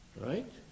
right